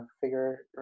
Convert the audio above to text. figure